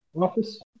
Office